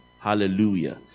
hallelujah